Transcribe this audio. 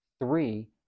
three